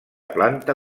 planta